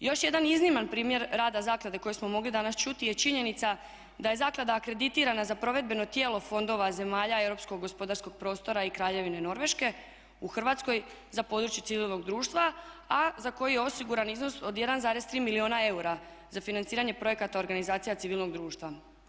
Još jedan izniman primjer rada zaklade koji smo mogli danas čuti je činjenica da je zaklada akreditiran za provedbeno tijelo fondova zemalja europskog gospodarskog prostora i Kraljevine Norveške u Hrvatskoj za područje civilnog društva a za koji je osiguran iznos od 1,3 milijuna eura za financiranje projekata organizacija civilnoga društva.